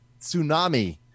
tsunami